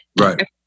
Right